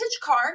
car